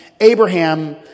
Abraham